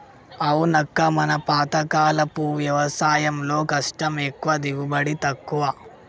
అవునక్క మన పాతకాలపు వ్యవసాయంలో కష్టం ఎక్కువ దిగుబడి తక్కువ